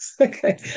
okay